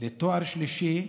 לתואר שלישי,